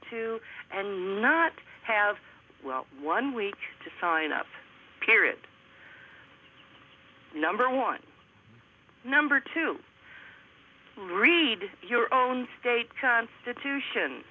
to and not have well one week to sign up period number one number two read your own state constitution